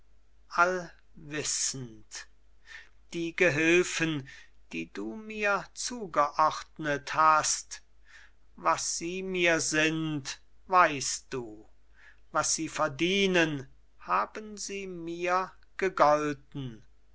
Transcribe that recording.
allwissend die gehülfen die du mir zugeordnet hast was sie mir sind weißt du was sie verdienen haben sie mir gegolten